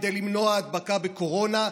כדי למנוע הדבקה בקורונה,